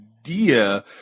idea